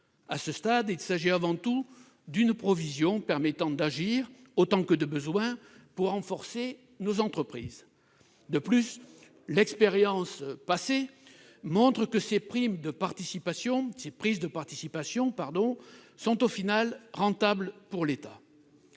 À ce stade, il s'agit avant tout d'une provision permettant d'agir autant que de besoin pour renforcer nos entreprises. De plus, l'expérience passée montre que ces prises de participation sont, au final, rentables pour l'État.